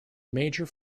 major